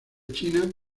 china